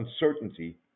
uncertainty